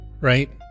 right